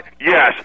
yes